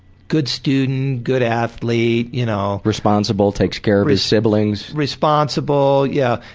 good student, good athlete, y'know. responsible, takes care of his siblings? responsible, yeah,